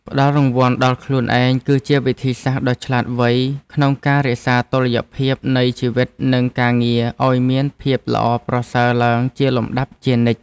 ផ្ដល់រង្វាន់ដល់ខ្លួនឯងគឺជាវិធីសាស្ត្រដ៏ឆ្លាតវៃក្នុងការរក្សាតុល្យភាពនៃជីវិតនិងការងារឱ្យមានភាពល្អប្រសើរឡើងជាលំដាប់ជានិច្ច។